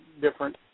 different